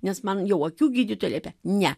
nes man jau akių gydytoja liepė ne